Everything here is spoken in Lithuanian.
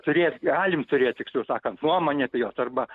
turėt galim turėt tiksliau sakant nuomonę apie juos arba